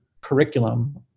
curriculum